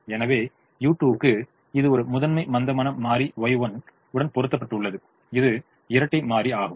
எனவே u1 க்கு இது ஒரு முதன்மை மந்தமான மாறி Y1 உடன் பொருத்தப்பட்டுள்ளது இது இரட்டை மாறி ஆகும்